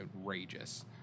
outrageous